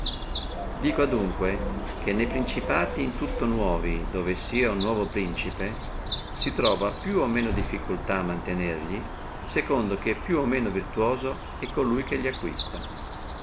loro dico adunque che ne principati tutti nuovi dove sia uno nuovo principe si trova a mantenerli più o meno difficultà secondo che più o meno è virtuoso colui che li acquista